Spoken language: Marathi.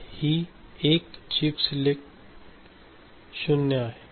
आणि ही 1 चीप सिलेक्ट 0 आहे